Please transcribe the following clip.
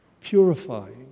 purifying